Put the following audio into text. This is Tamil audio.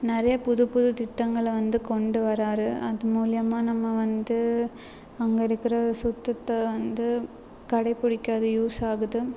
நிறைய புது புது திட்டங்களை வந்து கொண்டு வராரு அது மூலிமா நம்ம வந்து அங்கே இருக்கிற சுத்தத்தை வந்து கடைப்பிடிக்க அது யூஸாகுது